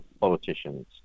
politicians